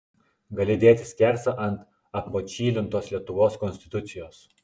gali dėti skersą ant apmočylintos lietuvos konstitucijos